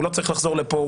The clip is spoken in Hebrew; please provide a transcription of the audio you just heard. הוא לא צריך לחזור לפה,